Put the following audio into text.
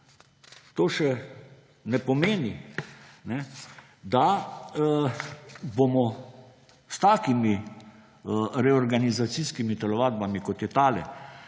to še ne pomeni, da bomo s takimi reorganizacijskimi telovadbami, kot je tale,